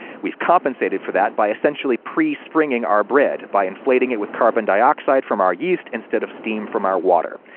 we've compensated for that by essentially pre-springing our bread, by inflating it with carbon dioxide from our yeast, instead of steam from our water.